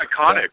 iconic